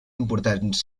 importants